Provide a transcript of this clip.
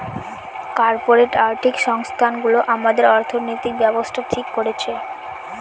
corporate আর্থিক সংস্থানগুলো আমাদের অর্থনৈতিক ব্যাবস্থা ঠিক করছে